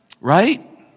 Right